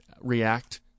react